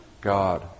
God